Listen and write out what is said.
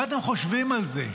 מה אתם חושבים על זה?